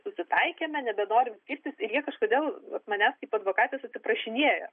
susitaikėme nebenorim keistis ir jie kažkodėl manęs kaip advokatės atsiprašinėja